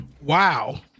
wow